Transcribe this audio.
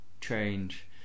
change